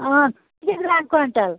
کۭتِس گژھان کۅینٛٹَل